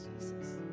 Jesus